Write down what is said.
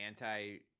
anti